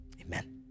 amen